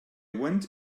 went